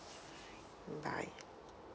bye